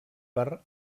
per